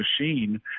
machine